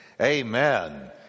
Amen